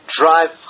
drive